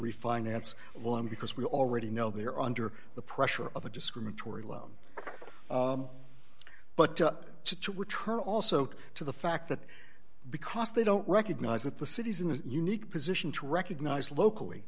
refinance loan because we already know they are under the pressure of a discriminatory loan but to return also to the fact that because they don't recognize that the citizen is unique position to recognize locally